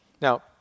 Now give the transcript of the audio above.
Now